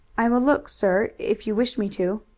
i will look, sir, if you wish me to.